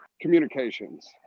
communications